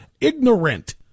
ignorant